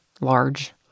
large